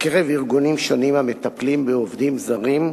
בקרב ארגונים שונים המטפלים בעובדים זרים ועוד,